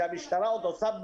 המשטרה עוד עושה,